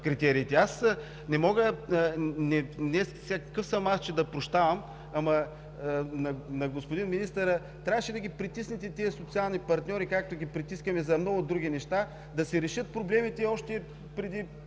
Аз не мога, какъв съм аз, че да прощавам, но на господин министъра – трябваше да ги притиснете тези социални партньори, както ги притискаме за много други неща, да си решат проблемите още преди